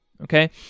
Okay